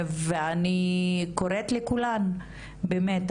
ואני קוראת לכולן באמת,